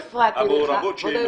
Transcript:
הורה.